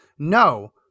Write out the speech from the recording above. No